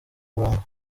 murongo